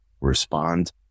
respond